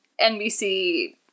NBC